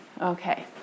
Okay